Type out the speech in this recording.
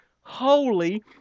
holy